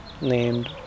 named